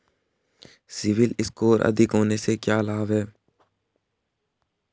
CIBIL score अधिक होने से क्या लाभ हैं?